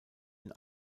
den